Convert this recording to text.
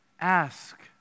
Ask